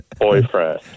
boyfriend